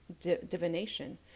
divination